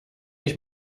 ich